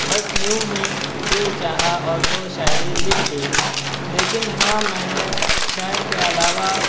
بس یوں ہی دل چاہا اور دو شاعری لکھ دی لیکن ہاں میں نے شعر کے علاوہ